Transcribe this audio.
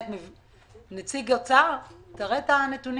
נציג אוצר, תראה את הנתונים,